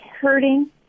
hurting